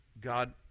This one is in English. God